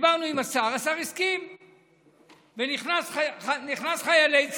דיברנו עם השר, השר הסכים ונכנסו חיילי צה"ל.